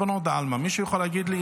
ריבונו דעלמא, מישהו יכול להגיד לי?